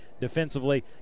defensively